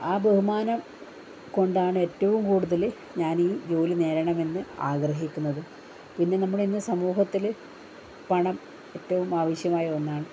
ആ ബഹുമാനം കൊണ്ടാണ് ഏറ്റവും കൂടുതല് ഞാനീ ജോലി നേടണമെന്ന് ആഗ്രഹിക്കുന്നത് പിന്നെ നമ്മുടെ ഇന്ന് സമൂഹത്തില് പണം ഏറ്റവും ആവശ്യമായ ഒന്നാണ്